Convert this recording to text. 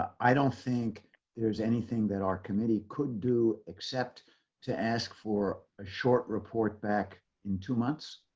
i don't think there's anything that our committee could do, except to ask for a short report back in two months.